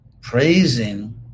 praising